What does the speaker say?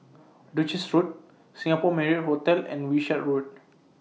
Duchess Road Singapore Marriott Hotel and Wishart Road